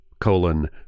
colon